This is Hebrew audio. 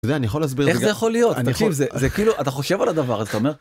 אני יכול להסביר איך זה יכול להיות אני חושב על הדבר.